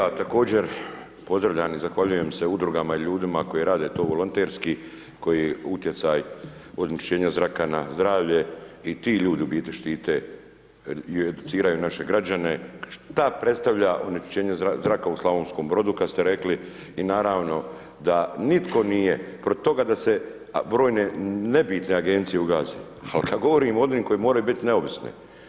I ja također pozdravljam i zahvaljujem se Udrugama i ljudima koji to rade volonterski koji utjecaj… [[Govornik se ne razumije]] zraka na zdravlje i ti ljudi u biti štite, educiraju naše građane, šta predstavlja onečišćenje zraka u Slavonskom Brodu kada ste rekli i naravno, da nitko nije protiv toga da se brojne nebitne Agencije ugase, al kad govorimo o onima koje moraju biti neovisno.